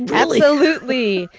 absolutely.